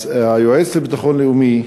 היועץ לביטחון לאומי,